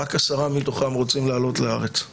רק עשרה מתוכם רצו לעלות לארץ.